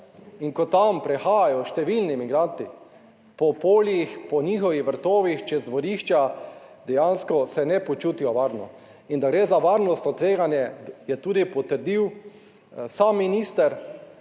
in ko tam prihajajo številni migranti po poljih, po njihovih vrtovih, čez dvorišča, dejansko se ne počutijo varno. In da gre za varnostno tveganje, je tudi potrdil sam minister